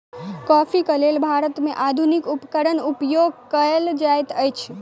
coffee के लेल भारत में आधुनिक उपकरण उपयोग कएल जाइत अछि